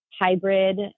hybrid